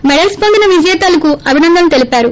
medal పొందిన విజేతలకు అభినందనలు తెలిపారు